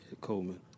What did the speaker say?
Coleman